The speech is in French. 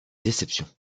déception